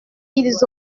ils